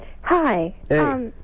Hi